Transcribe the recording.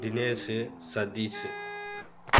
Dinesh Satish